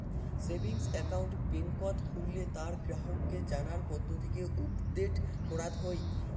savings account বেংকত খুললে তার গ্রাহককে জানার পদ্ধতিকে উপদেট করাত হই